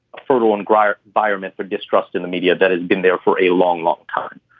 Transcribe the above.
fertile and grier biomet for distrust in the media that has been there for a long, long time.